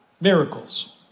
Miracles